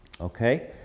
okay